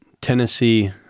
Tennessee